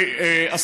לא שומע אותך.